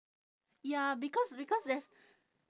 ya because because there's